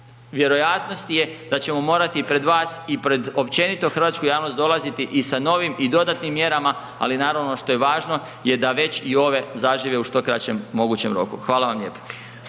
vjerojatnosti je da ćemo morati i pred vas i pred općenito hrvatsku javnost dolaziti i sa novim i dodatnim mjerama, ali naravno što je važno je da već i ove zažive u što kraćem mogućem roku. Hvala vam lijepo.